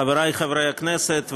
חברי חברי הכנסת,